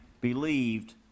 believed